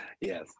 Yes